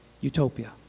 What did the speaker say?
utopia